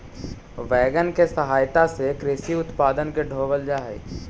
wagon के सहायता से कृषि उत्पादन के ढोवल जा हई